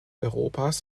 europas